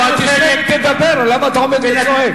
אבל תשב ותדבר, למה אתה עומד וצועק?